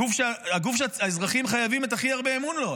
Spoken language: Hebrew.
הגוף שהאזרחים חייבים את הכי הרבה אמון בו.